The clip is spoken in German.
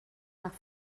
nach